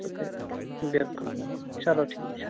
بِلکُل بِلکُل چلو ٹھیٖک چھُ